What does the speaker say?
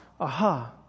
aha